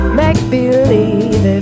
make-believe